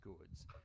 goods